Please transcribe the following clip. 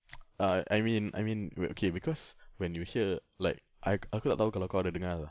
err I mean I mean we're okay because when you hear like I aku tak tahu kalau kau ada dengar tak